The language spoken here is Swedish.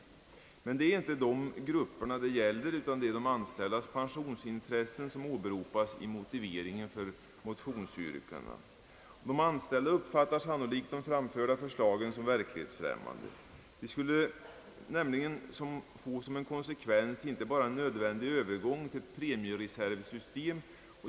Emellertid är det inte dessa grupper det gäller, utan det är de anställdas pensionsintressen som åberopas i motiveringen för motionsyrkandet. De anställda uppfattar sannolikt det framförda förslaget som vverklighetsfrämmande. Det skulle nämligen få som konsekvens en övergång till premiereservsystem.